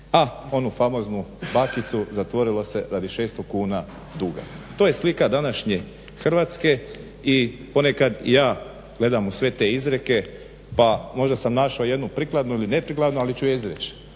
A onu famoznu bakicu zatvorilo se radi 600 kuna duga. To je slika današnje Hrvatske i ponekad i ja gledam u sve te izreke pa možda sam našao jednu prikladnu ili neprikladnu ali ću je izreći